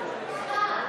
אני מקווה שהשרה,